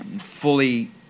fully